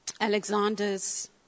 Alexander's